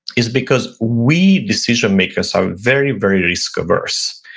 is because we decision makers are very, very risk adverse.